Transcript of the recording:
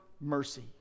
mercy